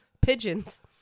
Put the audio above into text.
Pigeons